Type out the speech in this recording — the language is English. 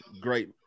great